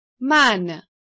Man